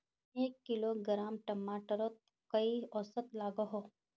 एक किलोग्राम टमाटर त कई औसत लागोहो?